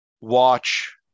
watch